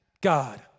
God